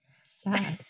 sad